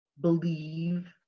believe